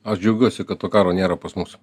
aš džiaugiuosi kad to karo nėra pas mus